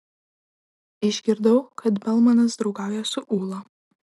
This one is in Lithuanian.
išgirdau kad belmanas draugauja su ūla